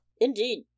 Indeed